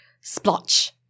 splotch